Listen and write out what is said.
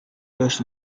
los